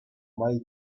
май